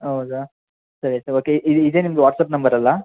ಹೌದಾ ಸರಿ sir okay ಇದೇ ನಿಮ್ದು ವಾಟ್ಸಪ್ ನಂಬರಲ್ವಾ